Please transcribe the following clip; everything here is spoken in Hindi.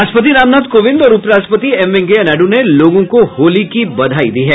राष्ट्रपति रामनाथ कोविंद और उप राष्ट्रपति एम वेंकैया नायडू ने लोगों को होली की बधाई दी है